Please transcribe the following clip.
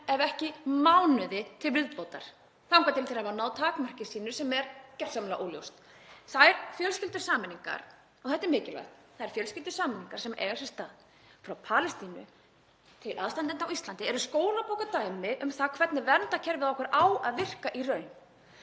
ef ekki mánuði til viðbótar þangað til þeir hafa náð takmarki sínu sem er gersamlega óljóst. Þær fjölskyldusameiningar — og þetta er mikilvægt — sem eiga sér stað frá Palestínu til aðstandenda á Íslandi eru skólabókardæmi um það hvernig verndarkerfið okkar á að virka í raun.